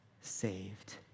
saved